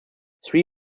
three